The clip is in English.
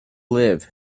live